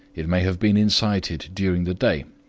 it may have been incited during the day,